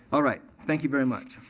all right, thank you very much.